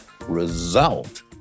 result